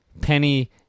Penny